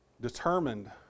determined